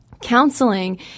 Counseling